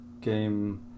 game